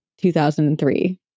2003